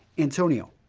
antonio,